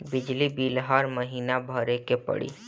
बिजली बिल हर महीना भरे के पड़ी?